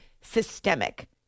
systemic